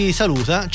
saluta